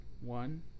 One